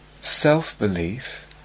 Self-belief